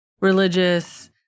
religious